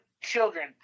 children